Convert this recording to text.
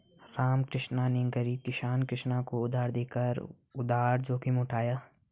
रामकुमार ने गरीब किसान कृष्ण को उधार देकर उधार जोखिम उठाया